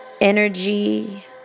energy